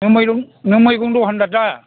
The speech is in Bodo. नों मैगं नों मैगं दखानदार दा